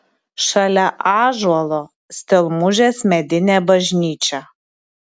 šalia ąžuolo stelmužės medinė bažnyčia